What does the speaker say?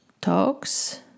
talks